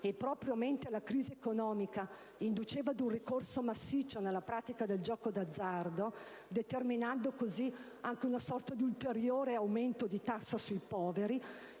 e proprio mentre la crisi economica induceva ad un ricorso massiccio alla pratica del gioco d'azzardo, determinando così anche una sorta di ulteriore aumento di tassa sui poveri,